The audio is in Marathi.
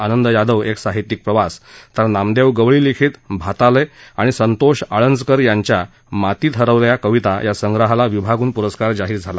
आनंद यादव एक साहित्यिक प्रवास तर नामदेव गवळी लिखित भातालय आणि संतोष आळंजकर यांच्या मातीत हरवल्या कविता या संग्रहाला विभागुन पुरस्कार जाहीर झाला